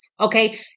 okay